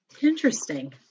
Interesting